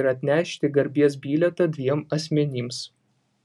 ir atnešti garbės bilietą dviem asmenims